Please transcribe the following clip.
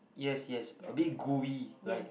yes yes a bit gooey right